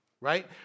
right